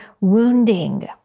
wounding